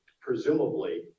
presumably